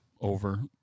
over